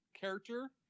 character